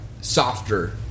softer